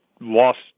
lost